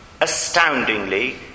astoundingly